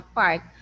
park